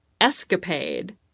escapade